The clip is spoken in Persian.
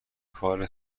کار